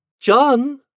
John